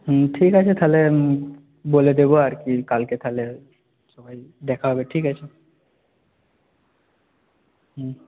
হুম ঠিক আছে তাহলে বলে দেবো আর কি কালকে তাহলে সবাই দেখা হবে ঠিক আছে হুম